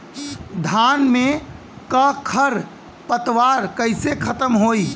धान में क खर पतवार कईसे खत्म होई?